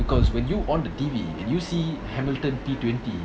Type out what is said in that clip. because when you on the T_V and you see hamilton P twenty